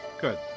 Good